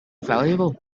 valuable